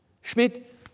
Schmidt